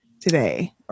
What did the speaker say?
today